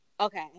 Okay